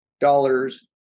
dollars